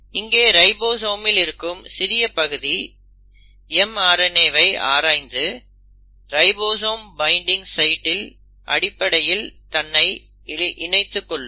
இங்கே ரைபோசோமில் இருக்கும் சிறிய பகுதி mRNAவை ஆராய்ந்து ரைபோசோம் பைன்டிங் சைட்டின் அடிப்படியில் தங்களை இணைத்துக் கொள்ளும்